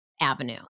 avenue